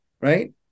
right